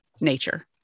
nature